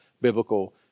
biblical